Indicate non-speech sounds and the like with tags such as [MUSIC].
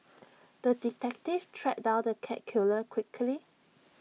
[NOISE] the detective tracked down the cat killer quickly